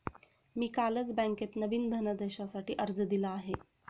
मी कालच बँकेत नवीन धनदेशासाठी अर्ज दिला आहे